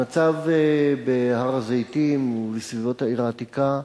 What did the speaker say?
המצב בהר-הזיתים, בסביבות העיר העתיקה,